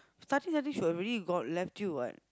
starting starting she really got left you what